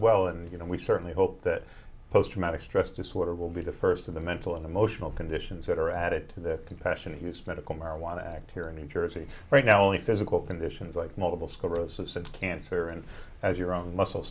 well and you know we certainly hope that post traumatic stress disorder will be the first of the mental and emotional conditions that are added to the compassionate use medical marijuana act here in new jersey right now only physical conditions like multiple sclerosis and cancer and as your own muscle